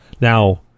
Now